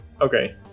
Okay